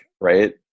right